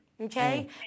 okay